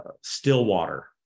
stillwater